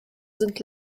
sind